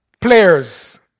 Players